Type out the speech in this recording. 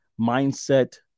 mindset